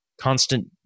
constant